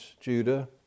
Judah